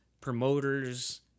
promoters